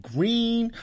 Green